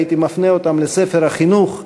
הייתי מפנה אותם ל"ספר החינוך",